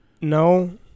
no